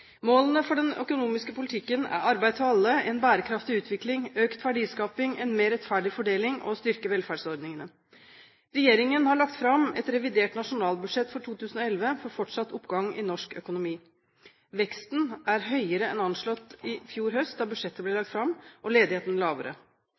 Målene for den økonomiske politikken er arbeid til alle, en bærekraftig utvikling, økt verdiskaping, en mer rettferdig fordeling og å styrke velferdsordningene. Regjeringen har lagt fram et revidert nasjonalbudsjett for 2011 for fortsatt oppgang i norsk økonomi. Veksten er høyere enn anslått i fjor høst, da budsjettet ble